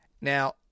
now